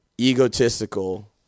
egotistical